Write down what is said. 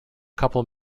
couple